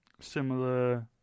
similar